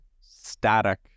static